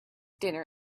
dinner